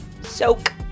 Soak